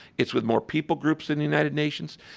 it's with more people groups than the united nations.